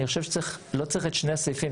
אני חושב שלא צריך את שני הסעיפים,